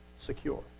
secure